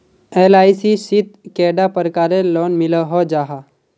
LIC शित कैडा प्रकारेर लोन मिलोहो जाहा?